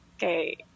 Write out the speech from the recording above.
Okay